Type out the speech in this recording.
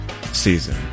season